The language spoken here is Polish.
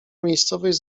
miejscowość